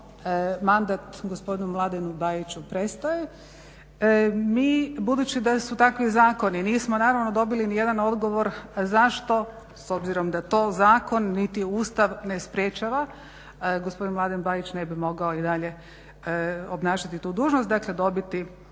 mandat gospodinu Mladenu Bajiću prestaje. Mi budući da su takvi zakoni nismo naravno dobili ni jedan odgovor zašto s obzirom da to zakon niti Ustav ne sprječava. Gospodin Mladen Bajić ne bi mogao i dalje obnašati tu dužnost, dakle dobiti